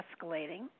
escalating